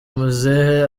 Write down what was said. muzehe